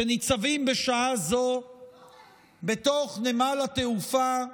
שניצבים בשעה הזאת בתוך נמל התעופה בן-גוריון.